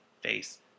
face